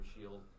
shield